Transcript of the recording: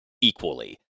equally